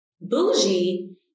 bougie